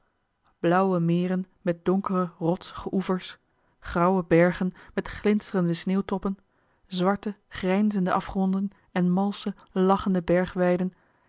blauwe meren met donkere rotsige oevers grauwe bergen met glinsterende sneeuwtoppen zwarte grijnzende afgronden en malsche lachende